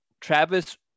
Travis